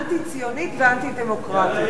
אנטי-ציונית ואנטי-דמוקרטית,